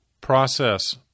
process